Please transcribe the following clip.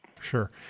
Sure